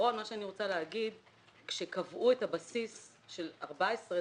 בעיקרון אני רוצה לומר שכאשר קבעו את הבסיס של 2014,